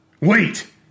Wait